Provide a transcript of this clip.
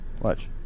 Watch